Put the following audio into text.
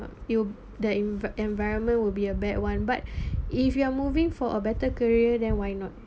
you the env~ the environment will be a bad one but if you are moving for a better career than why not